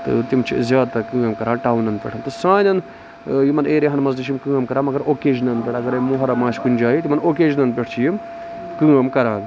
تِم چھِ زیادٕ تر کٲم کران ٹاونن پٮ۪ٹھ تہٕ سانین یِمن ایریاہن منٛز تہِ چھِ یِم کٲم کران مَگر اوکیجنن پٮ۪ٹھ اَگر موحرم آسہِ کُنہِ جایہِ تِمن اوکیجنن پٮ۪ٹھ چھِ یِم کٲم کران